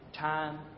time